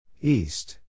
East